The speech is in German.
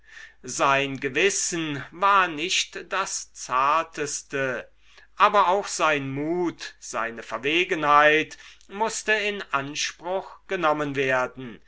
sein gewissen war nicht das zarteste aber auch sein mut seine verwegenheit mußte in anspruch genommen werden